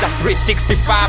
365